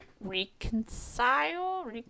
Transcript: reconcile